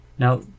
Now